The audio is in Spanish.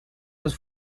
los